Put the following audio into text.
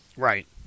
Right